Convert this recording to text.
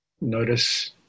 Notice